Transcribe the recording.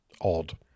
odd